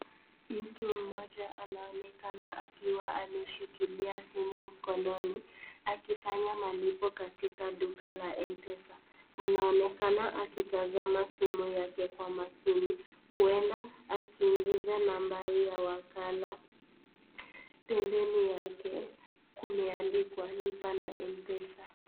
Mtu mmoja anaonekana akiwa ameshikilia simu mkononi akifanya malipo katika duka la Mpesa . Anaonekana akitazama simu yake kwa makini huenda akiingiza nambari ya wakala, pembeni yake kumeandikwa lipa na Mpesa .